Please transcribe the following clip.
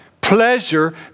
pleasure